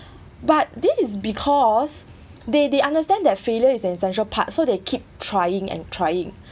but this is because they they understand that failure is an essential part so they keep trying and trying